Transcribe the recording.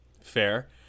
Fair